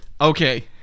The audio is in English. okay